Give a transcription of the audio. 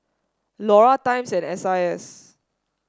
Iora Times and S I S